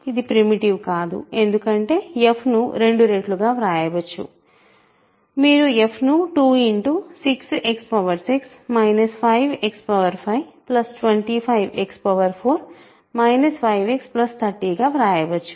ఇది ప్రిమిటివ్ కాదు ఎందుకంటే f ను 2 రెట్లుగా వ్రాయవచ్చు మీరు f ను 26x6 5x525x4 5x30 గా వ్రాయవచ్చు